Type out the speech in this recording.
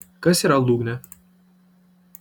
kas yra lūgnė